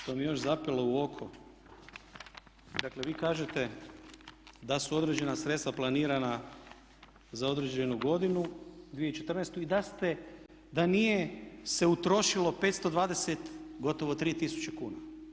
Ono što mi je još zapelo u oku, dakle vi kažete da su određena sredstva planirana za određenu godinu 2014. i da ste, da nije se utrošilo 520, gotovo 3000 kuna.